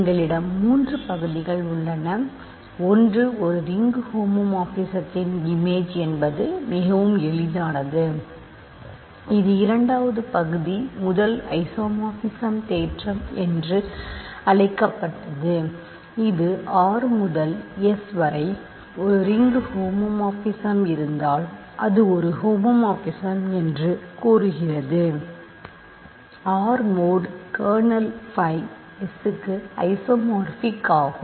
எங்களிடம் மூன்று பகுதிகள் உள்ளன ஒன்று ஒரு ரிங்கு ஹோமோமார்பிஸத்தின் இமேஜ் என்பது மிகவும் எளிதானது இது இரண்டாவது பகுதி முதல் ஐசோமார்பிசம் தேற்றம் என்று அழைக்கப்பட்டது இது R முதல் S வரை ஒரு ரிங்கு ஹோமோமார்பிசம் இருந்தால் அது ஒரு ஹோமோமார்பிசம் என்று கூறுகிறது R mod kernel phi S க்கு ஐசோமார்பிக் ஆகும்